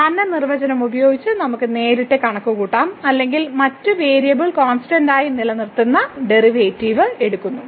സാധാരണ നിർവചനം ഉപയോഗിച്ച് നമുക്ക് നേരിട്ട് കണക്കുകൂട്ടാം അല്ലെങ്കിൽ മറ്റ് വേരിയബിൾ കോൺസ്റ്റന്റ് ആയി നിലനിർത്തുന്ന ഡെറിവേറ്റീവ് എടുക്കുന്നു